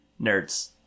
nerds